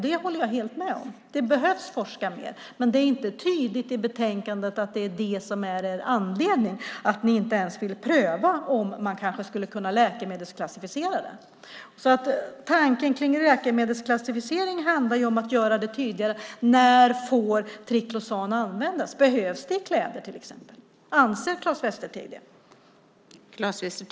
Det håller jag helt med om, det behövs mer forskning, men det framgår inte tydligt av betänkandet att det är anledningen till att man inte ens vill pröva om triklosan skulle kunna läkemedelsklassificeras. Tanken med läkemedelsklassificering är att göra det hela tydligare - för att veta när triklosan får användas. Behövs det exempelvis i kläder? Anser Claes Västerteg det?